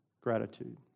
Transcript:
gratitude